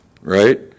Right